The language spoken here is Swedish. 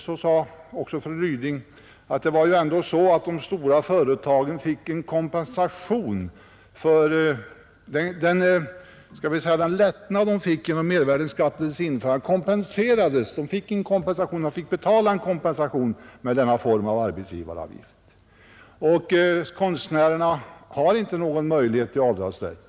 Fru Ryding sade också beträffande mervärdeskatten att de stora företagen fick betala en kompensation genom denna form av arbetsgivaravgift men att konstnärerna inte har någon avdragsrätt.